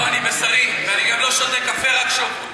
לא, אני בשרי, ואני גם לא שותה קפה, רק שוקו.